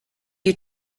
you